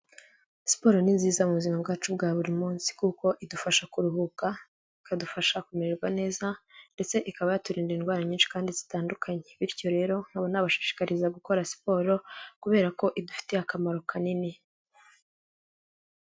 Siporo ni nziza mu buzima bwacu bwa buri munsi. Kuko idufasha kuruhuka, ikadufasha kumererwa neza, ndetse ikaba yaturinda indwara nyinshi kandi zitandukanye. Bityo rero nkaba nabashishikariza gukora siporo, kubera ko idufitiye akamaro kanini.